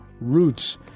Roots